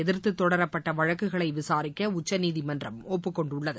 எதிர்த்து தொடரப்பட்ட வழக்குகளை விசாரிக்க உச்சநீதிமன்றம் ஒப்புக்கொண்டுள்ளது